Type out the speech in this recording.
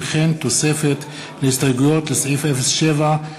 וכן תוספת להסתייגויות לסעיף 7,